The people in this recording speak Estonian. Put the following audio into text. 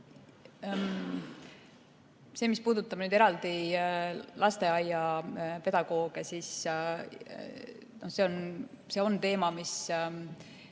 Mis puudutab eraldi lasteaiapedagooge, siis see on teema, mis